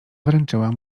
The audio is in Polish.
wręczyła